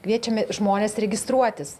kviečiame žmones registruotis